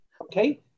okay